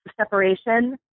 separation